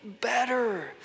better